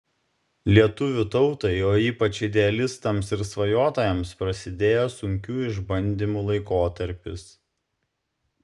lietuvių tautai o ypač idealistams ir svajotojams prasidėjo sunkių išbandymų laikotarpis